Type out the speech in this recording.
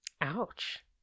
Ouch